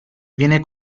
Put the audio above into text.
viene